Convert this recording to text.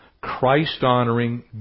Christ-honoring